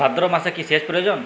ভাদ্রমাসে কি সেচ প্রয়োজন?